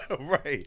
Right